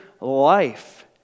life